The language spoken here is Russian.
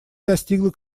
достигла